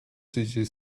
связи